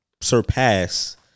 surpass